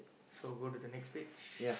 so go to the next page